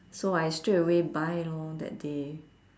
so I straightaway buy lor that day